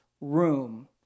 room